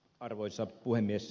arvoisa puhemies